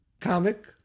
Comic